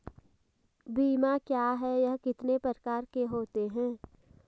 बीमा क्या है यह कितने प्रकार के होते हैं?